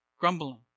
Grumbling